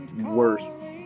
worse